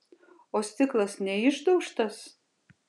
o stiklas neišdaužtas